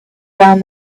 down